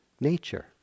nature